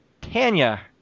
Tanya